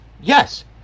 Yes